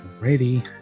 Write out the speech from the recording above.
Ready